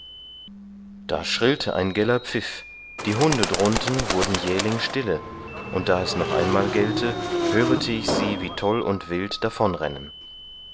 da schrillte ein geller pfiff die hunde drunten wurden jählings stille und da es noch einmal gellte hörete ich sie wie toll und wild